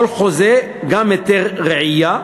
כל חוזה, גם היתר רעייה,